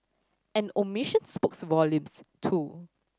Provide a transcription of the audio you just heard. an omission spokes volumes too